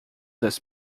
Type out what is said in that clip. das